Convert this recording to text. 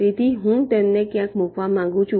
તેથી હું તેમને ક્યાંક મૂકવા માંગું છું